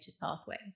pathways